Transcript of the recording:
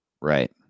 Right